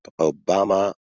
Obama